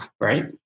right